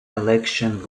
election